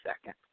second